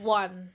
one